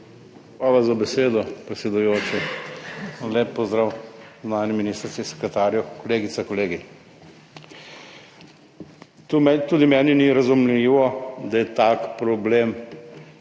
Hvala za besedo, predsedujoči. Lep pozdrav zunanji ministrici, sekretarju, kolegice, kolegi. Tudi meni ni razumljivo, da je tak problem,